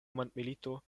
mondmilito